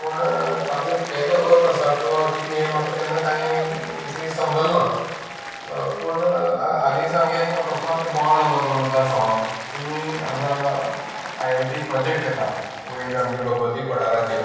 पूण ताजो केदो अर्थ आसा किंवां कितें हें म्हाका तेन्ना कांय तितलें समजलें ना पूण हालीच आमगे अकस्मामात एक बोवाळ जालो दोन हजार सोळा की हांगा आयआयटी प्रोजेक्ट येता वयर आमगे भगवती पठाराचेर